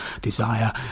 desire